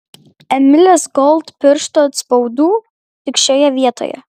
emilės gold pirštų atspaudų tik šioje vietoje